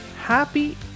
Happy